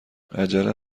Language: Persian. عجله